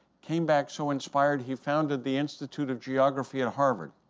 came back so inspired, he founded the institute of geography at harvard.